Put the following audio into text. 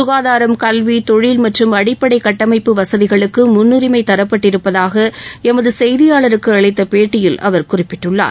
சுகாதாரம் கல்வி தொழில் மற்றும் அடிப்படை கட்டமைப்பு வசதிகளுக்கு முன்னுரிமை தரப்பட்டிருப்பதாக எமது செய்தியாளருக்கு அளித்த பேட்டியில் அவர் குறிப்பிட்டுள்ளார்